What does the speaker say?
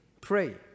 Pray